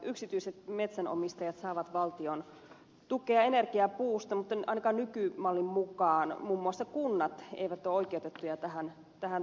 yksityiset metsänomistajat saavat valtion tukea energiapuusta mutta ainakaan nykymallin mukaan muun muassa kunnat eivät ole oikeutettuja tähän tukimuotoon